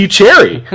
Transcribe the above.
Cherry